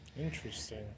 Interesting